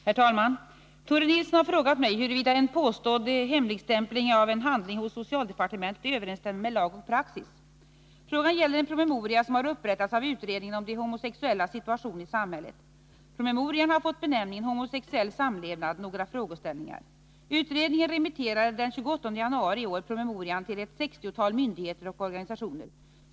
Herr talman! Tore Nilsson har frågat mig huruvida en påstådd hemligstämpling av en handling hos socialdepartementet överensstämmer med lag och praxis. Frågan gäller en promemoria som har upprättats av utredningen om de homosexuellas situation i samhället. Promemorian har fått benämningen ”Homosexuell samlevnad — Några frågeställningar”. Utredningen remitterade den 28 januari i år promemorian till ett sextiotal myndigheter och organisationer.